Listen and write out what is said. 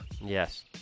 Yes